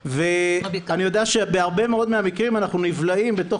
-- -ואני יודע שבהרבה מאוד מהמקרים אנחנו נבלעים בתוך